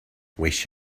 wish